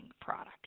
product